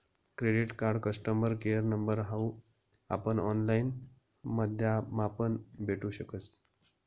credit card customer care number हाऊ आपण online माध्यमापण भेटू शकस